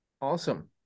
awesome